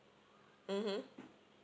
mmhmm